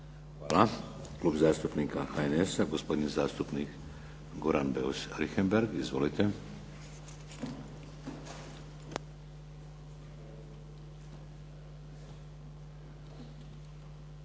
Hvala. Klub zastupnika HNS-a, gospodin zastupnik Goran Beus Richembergh. Izvolite. **Beus